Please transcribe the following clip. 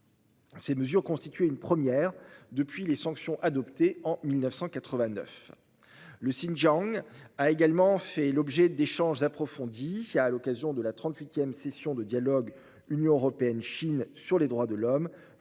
Ces mesures constituaient une première depuis les sanctions adoptées en 1989. Le Xinjiang a également été l'objet d'échanges approfondis à l'occasion de la 38 session du dialogue Chine-Union européenne sur les droits de l'homme